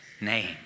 name